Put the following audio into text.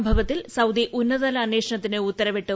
സംഭവത്തിൽ സൌദി ഉന്നതതല അന്വേഷണത്തിന് ഉത്തരവിട്ടു